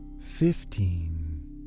Fifteen